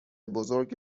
بزرگ